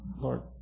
Lord